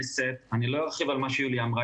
אני לא ארחיב על מה שיולי דיברה,